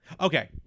Okay